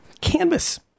Canvas